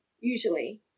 usually